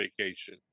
vacation